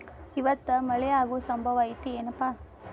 ಇವತ್ತ ಮಳೆ ಆಗು ಸಂಭವ ಐತಿ ಏನಪಾ?